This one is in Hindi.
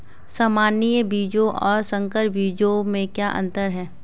सामान्य बीजों और संकर बीजों में क्या अंतर है?